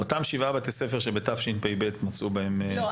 אותם שבעה בתי ספר שבתשפ"ב נמצאו בהם --- לא.